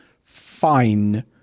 fine